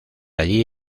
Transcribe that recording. allí